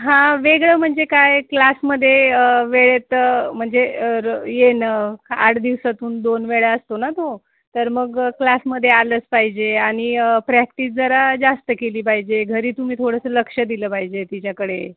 हां वेगळं म्हणजे काय क्लासमध्ये वेळेत म्हणजे येणं आठ दिवसातून दोन वेळा असतो ना तो तर मग क्लासमध्ये आलंच पाहिजे आणि प्रॅक्टिस जरा जास्त केली पाहिजे घरी तुम्ही थोडंसं लक्ष दिलं पाहिजे तिच्याकडे